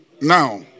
Now